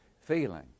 feeling